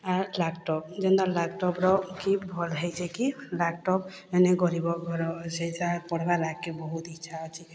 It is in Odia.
ଆର୍ ଲାପ୍ଟପ୍ ଯେନ୍ତା ଲାପ୍ଟପ୍ର ଭଲ୍ ହେଇଛେ କି ଲାପ୍ଟପ୍ ହେନେ ଗାରିବ ଘର ସେ ଯାହାର୍ ପଢ଼୍ବାର୍ ଆଗ୍କେ ବହୁତ୍ ଇଚ୍ଛା ଅଛେ